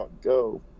Go